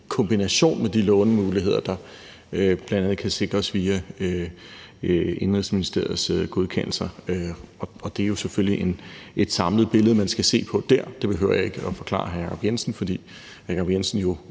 i kombination med de lånemuligheder, der bl.a. kan sikres via Indenrigsministeriets godkendelser. Det er jo selvfølgelig et samlet billede, man skal se på der. Det behøver jeg ikke forklare hr. Jacob Jensen, fordi hr. Jacob Jensen